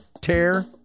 tear